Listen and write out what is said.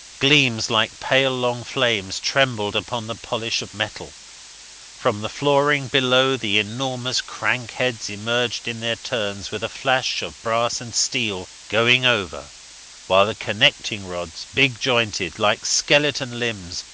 gleams, like pale long flames, trembled upon the polish of metal from the flooring below the enormous crank-heads emerged in their turns with a flash of brass and steel going over while the connecting-rods, big-jointed, like skeleton limbs,